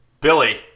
Billy